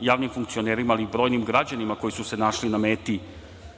javnim funkcionerima, ali i brojnim građanima koji su se našli na meti